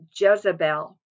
Jezebel